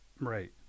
right